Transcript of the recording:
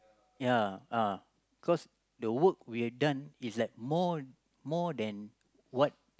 ya uh cos the work we have done is like more more than what